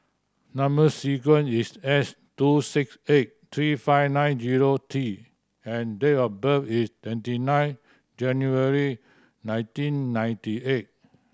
number sequence is S two six eight three five nine zero T and date of birth is twenty nine January nineteen ninety eight